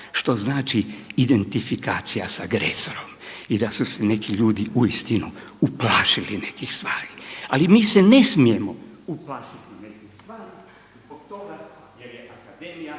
što znači identifikacija sa agresorom i da su se neki ljudi uistinu uplašili nekih stvari. Ali mi se ne smijemo uplašiti nekih stvari zbog toga jer je akademija